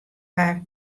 har